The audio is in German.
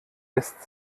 lässt